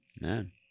man